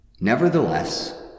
Nevertheless